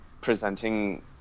presenting